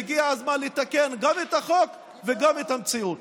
והגיע הזמן לתקן גם את החוק וגם את המציאות.